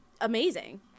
amazing